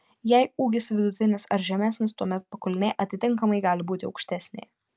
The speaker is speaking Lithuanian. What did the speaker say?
jei ūgis vidutinis ar žemesnis tuomet pakulnė atitinkamai gali būti aukštesnė